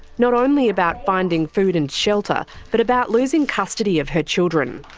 not only about finding food and shelter but about losing custody of her children.